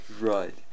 right